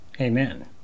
Amen